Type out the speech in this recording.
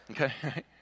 okay